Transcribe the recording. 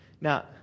Now